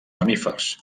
mamífers